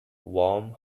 warm